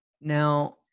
now